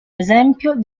esempio